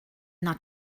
that